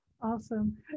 Awesome